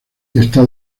está